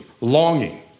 longing